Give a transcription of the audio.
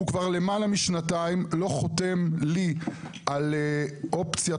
הוא כבר למעלה משנתיים לא חותם לי על אופציית